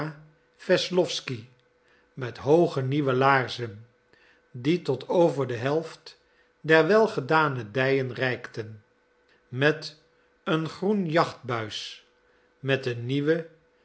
wesslowsky met hooge nieuwe laarzen die tot over de helft der welgedane dijen reikten met een groen jachtbuis met een nieuwe